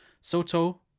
Soto